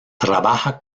trabaja